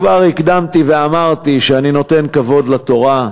כבר הקדמתי ואמרתי שאני נותן כבוד לתורה,